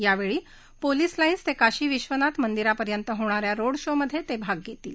यावेळी police lines ते काशी विश्वनाथ मंदिरापर्यंत होणाऱ्या रोड शो मध्ये ते भाग घेतील